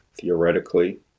theoretically